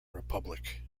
republic